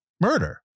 murder